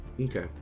Okay